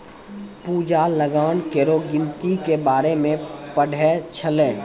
पूजा लगान केरो गिनती के बारे मे पढ़ै छलै